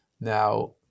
Now